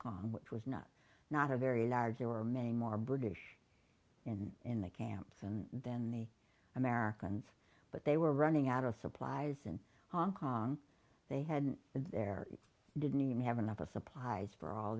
kong which was not not a very large there were many more british in the camps and then the americans but they were running out of supplies and hong kong they had there didn't even have another supplies for all